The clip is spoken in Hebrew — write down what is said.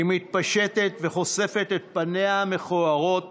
היא מתפשטת וחושפת את פניה המכוערות